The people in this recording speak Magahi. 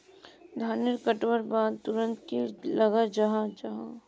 धानेर कटवार बाद तुरंत की लगा जाहा जाहा?